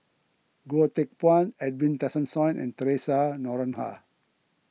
Goh Teck Phuan Edwin Tessensohn and theresa Noronha